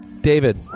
David